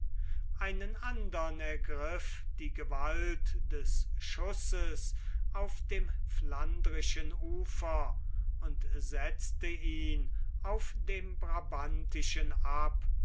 einen andern ergriff die gewalt des schusses auf dem flandrischen ufer und setzte ihn auf dem brabantischen ab